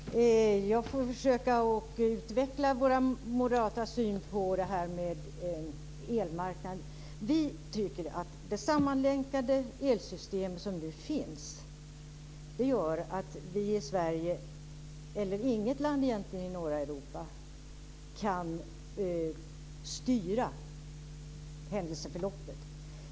Herr talman! Jag får försöka att utveckla den moderata synen på elmarknaden. Vi tycker att det sammanlänkade elsystem som nu finns gör att man varken i Sverige eller i något land i norra Europa kan styra händelseförloppet.